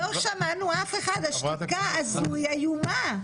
השתיקה הזאת היא איומה.